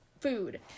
food